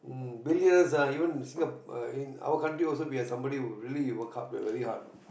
mm billions ah even Singa~ in our country we have somebody who really work hard ve~ very hard